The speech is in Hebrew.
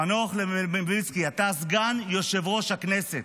חנוך מלביצקי, אתה סגן יושב-ראש הכנסת,